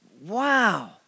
Wow